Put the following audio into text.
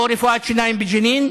או רפואת שיניים בג'נין,